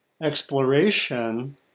exploration